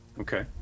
Okay